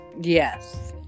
Yes